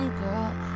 girl